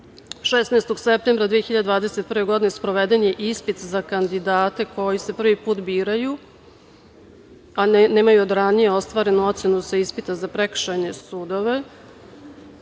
16. septembra 2021. godine sproveden je ispit za kandidate koji se prvi put biraju, a nemaju od ranije ostvarenu ocenu sa ispita za prekršajne sudove.